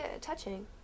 touching